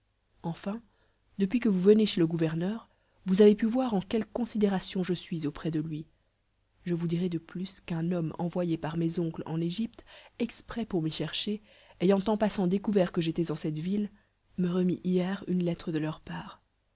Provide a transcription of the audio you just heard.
enfin depuis que vous venez chez le gouverneur vous avez pu voir en quelle considération je suis auprès de lui je vous dirai de plus qu'un homme envoyé par mes oncles en égypte exprès pour m'y chercher ayant en passant découvert que j'étais en cette ville me remit hier une lettre de leur part